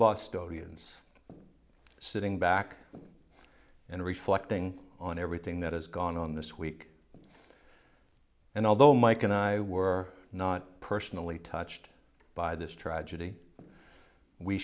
bostonians sitting back and reflecting on everything that has gone on this week and although mike and i were not personally touched by this tragedy we